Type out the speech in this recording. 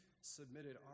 submitted